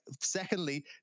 secondly